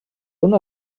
una